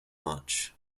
much